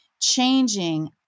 changing